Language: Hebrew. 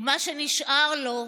ומה שנשאר לו,